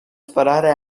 sparare